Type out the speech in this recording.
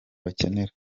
bakenera